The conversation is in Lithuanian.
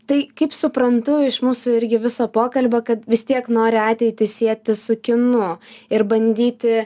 tai kaip suprantu iš mūsų irgi viso pokalbio kad vis tiek nori ateitį sieti su kinu ir bandyti